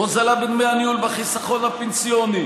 הוזלה בדמי הניהול בחיסכון הפנסיוני,